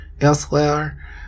elsewhere